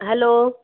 hello